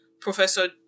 Professor